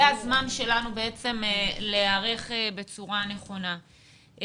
זה הזמן שלנו להיערך בצורה נכונה.